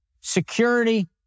security